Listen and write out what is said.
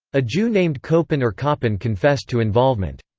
a jew named copin or koppin confessed to involvement.